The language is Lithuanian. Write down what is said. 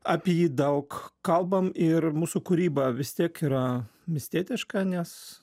apie jį daug kalbam ir mūsų kūryba vis tiek yra miestietiška nes